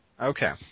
Okay